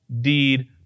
deed